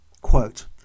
Quote